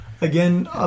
Again